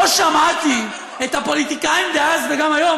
לא שמעתי את הפוליטיקאים דאז וגם היום